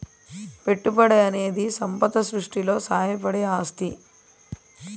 పెట్టుబడనేది సంపద సృష్టిలో సాయపడే ఆస్తి